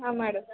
madam